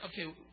okay